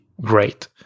great